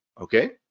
Okay